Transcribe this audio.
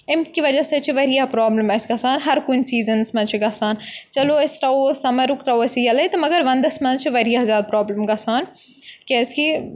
امۍ کہِ وَجہ سۭتۍ چھِ واریاہ پرٛابلِم آسہِ گژھان ہَر کُنہِ سیٖزَنَس منٛز چھِ گژھان چلو أسۍ ترٛاوو سَمَرُک ترٛاوو أسۍ یَلے تہٕ مگر وَنٛدَس منٛز چھِ واریاہ زیادٕ پرٛابلِم گژھان کیٛازِکہِ